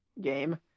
game